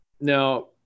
Now